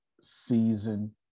season